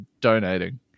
donating